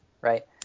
right